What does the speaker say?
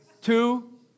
two